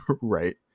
right